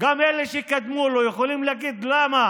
גם אלה שקדמו לו, הם יכולים להגיד למה